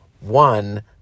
one